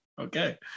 Okay